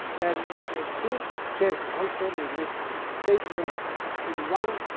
and and things change. also they mix statements in one